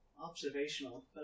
observational